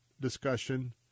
discussion